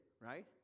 Right